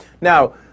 Now